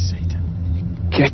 Satan